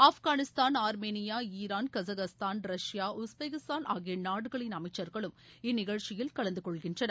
Afghanistan Armenia Iran Kazakhstan Russia Uzbekistan அகிய நாடுகளின் அமைச்சர்களும் இந்நிகழ்ச்சியில் கலந்துகொள்கின்றனர்